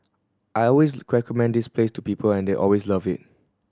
I always mend this place to people and they always love it